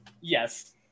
Yes